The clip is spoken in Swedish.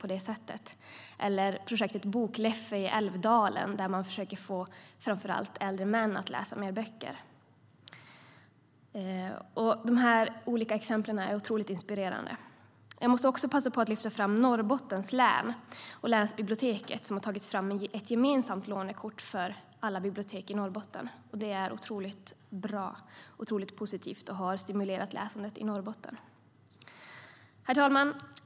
Ett annat är projektet Bokleffe i Älvdalen, där man försöker få framför allt äldre män att läsa fler böcker. Dessa olika exempel är otroligt inspirerande. Jag måste också passa på att lyfta fram Norrbottens län och länsbiblioteket som har tagit fram ett gemensamt lånekort för alla bibliotek i Norrbotten. Det är otroligt positivt och har stimulerat läsandet i Norrbotten. Herr talman!